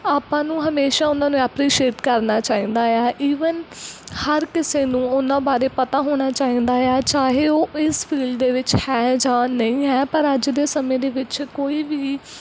ਆਪਾਂ ਨੂੰ ਹਮੇਸ਼ਾ ਉਹਨਾਂ ਨੂੰ ਐਪਰੀਸ਼ੀਏਟ ਕਰਨਾ ਚਾਹੀਦਾ ਆ ਈਵਨ ਹਰ ਕਿਸੇ ਨੂੰ ਉਹਨਾਂ ਬਾਰੇ ਪਤਾ ਹੋਣਾ ਚਾਹੀਦਾ ਆ ਚਾਹੇ ਉਹ ਇਸ ਫੀਲਡ ਦੇ ਵਿੱਚ ਹੈ ਜਾਂ ਨਹੀਂ ਹੈ ਪਰ ਅੱਜ ਦੇ ਸਮੇਂ ਦੇ ਵਿੱਚ ਕੋਈ ਵੀ